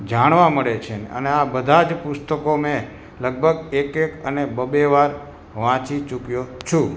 જાણવા મળે છે અને આ બધાં જ પુસ્તકો મેં લગભગ એક એક અને બે બે વાર વાંચી ચૂક્યો છું